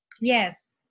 Yes